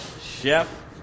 Chef